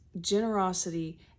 generosity